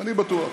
אני בטוח.